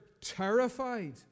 terrified